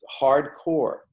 hardcore